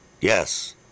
Yes